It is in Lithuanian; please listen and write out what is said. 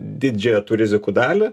didžiąją tų rizikų dalį